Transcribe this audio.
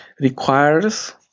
requires